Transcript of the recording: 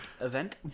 event